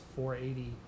480